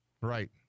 right